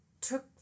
took